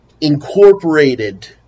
incorporated